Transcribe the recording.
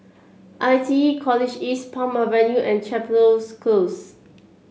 I T E College East Palm Avenue and Chepstow Close